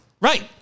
Right